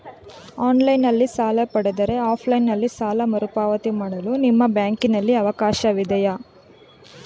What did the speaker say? Online ನಲ್ಲಿ ಸಾಲ ಪಡೆದರೆ ಆಫ್ಲೈನ್ ನಲ್ಲಿ ಸಾಲ ಮರುಪಾವತಿ ಮಾಡಲು ನಿಮ್ಮ ಬ್ಯಾಂಕಿನಲ್ಲಿ ಅವಕಾಶವಿದೆಯಾ?